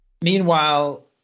Meanwhile